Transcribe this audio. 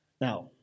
Now